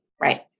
Right